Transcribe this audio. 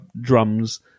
drums